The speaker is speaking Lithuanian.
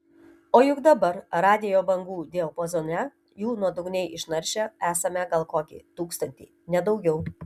o juk dabar radijo bangų diapazone jų nuodugniai išnaršę esame gal kokį tūkstantį ne daugiau